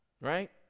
Right